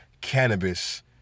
cannabis